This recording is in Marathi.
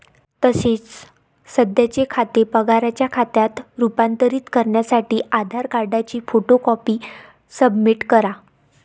तसेच सध्याचे खाते पगाराच्या खात्यात रूपांतरित करण्यासाठी आधार कार्डची फोटो कॉपी सबमिट करा